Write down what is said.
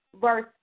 verse